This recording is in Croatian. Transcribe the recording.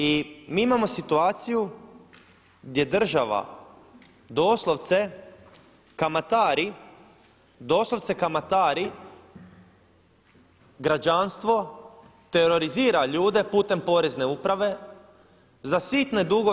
I mi imamo situaciju gdje država doslovce kamatari, doslovce kamatari građanstvo, terorizira ljude putem porezne uprave za sitne dugove.